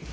Kl.